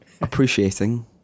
appreciating